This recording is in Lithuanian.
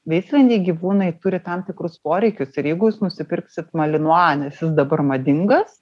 veisliniai gyvūnai turi tam tikrus poreikius ir jeigu jūs nusipirksit malinua nes jis dabar madingas